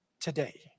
today